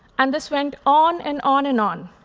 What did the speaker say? and this went on and on and on.